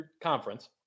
conference